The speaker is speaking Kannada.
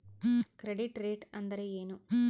ಕ್ರೆಡಿಟ್ ರೇಟ್ ಅಂದರೆ ಏನು?